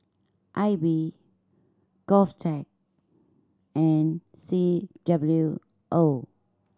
I B GovTech and C W O